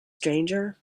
stranger